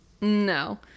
No